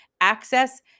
access